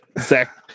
Zach